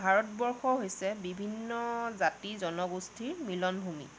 ভাৰতবৰ্ষ হৈছে বিভিন্ন জাতি জনগোষ্ঠীৰ মিলনভূমি